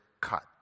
cut